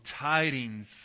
tidings